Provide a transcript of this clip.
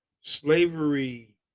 slavery